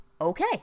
Okay